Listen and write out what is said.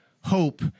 hope